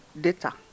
data